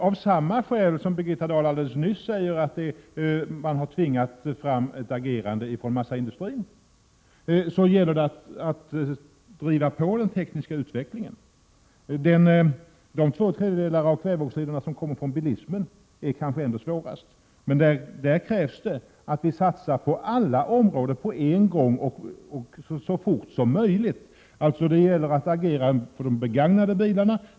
Av samma skäl som Birgitta Dahl alldeles nyss sade att man har tvingat fram ett agerande ifrån massaindustrin, gäller det att driva på den tekniska utvecklingen, Två tredjedelar av kväveoxidutsläppen kommer från bilismen. Den delen är kanske svårast att komma åt. Det krävs emellertid att vi satsar på alla områden på en gång och så fort som möjligt. Det gäller att agera beträffande de begagnade bilarna.